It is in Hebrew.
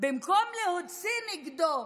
במקום להוציא נגדו